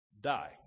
die